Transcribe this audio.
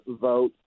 vote